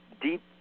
deep